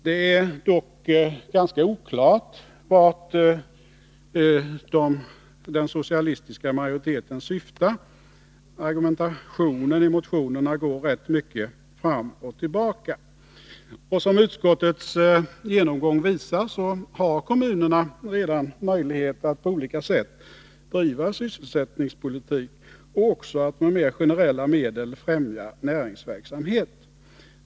Det är dock ganska oklart varthän den socialistiska majoriteten syftar. Argumentationen i motionerna går rätt mycket fram och tillbaka. Som utskottets genomgång visar har kommunerna redan möjlighet att på olika sätt driva sysselsättningspolitik och också att med mera generella medel främja näringsverksamhet.